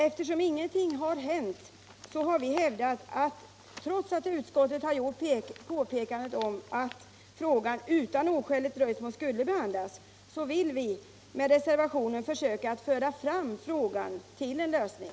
Eftersom ingenting har hänt så har vi med vår reservation, trots att utskottet har påpekat att frågan utan oskäligt dröjsmål skall behandlas, velat bidra till att föra fram den till en lösning.